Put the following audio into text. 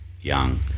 young